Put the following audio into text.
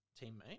teammate